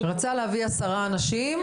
רצה להביא עשרה אנשים,